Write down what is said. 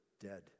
dead